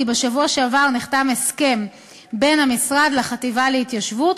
כי בשבוע שעבר נחתם הסכם בין המשרד לחטיבה להתיישבות,